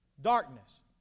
Darkness